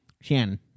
Shannon